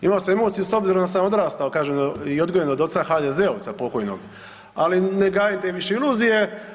Imao emociju s obzirom da sam odrastao, kažem, i odgojen od oca HDZ-ovca pokojnog, ali ne gajim te više iluzije.